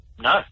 No